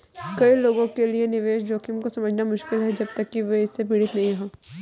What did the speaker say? कई लोगों के लिए निवेश जोखिम को समझना मुश्किल है जब तक कि वे इससे पीड़ित न हों